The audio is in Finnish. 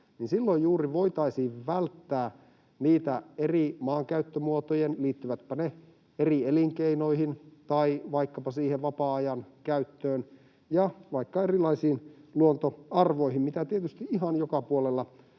niin silloin juuri voitaisiin välttää niitä eri maankäyttömuotojen, liittyvätpä ne eri elinkeinoihin tai vaikkapa siihen vapaa-ajan käyttöön tai vaikka erilaisiin luontoarvoihin, mitä tietysti ihan joka puolella